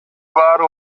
баары